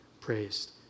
praised